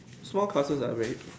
small classes are great